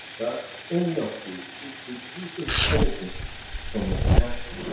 that any of you who produces anything from a pen,